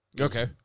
Okay